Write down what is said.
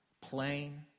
Plain